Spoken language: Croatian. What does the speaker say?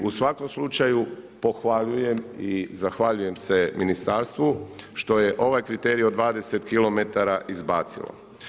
I u svakom slučaju, pohvaljujem i zahvaljujem se ministarstvo što je ovaj kriterij od 20 km izbacilo.